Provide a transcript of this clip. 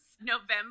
November